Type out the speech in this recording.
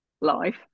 life